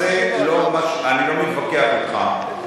אני לא מתווכח אתך,